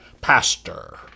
pastor